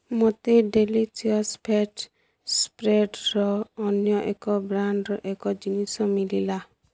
ମୋତେ delicious fat ସ୍ପ୍ରେଡ଼୍ର ଅନ୍ୟ ଏକ ବ୍ରାଣ୍ଡ୍ର ଏକ ଜିନିଷ ମିଳିଲା